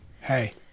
Hey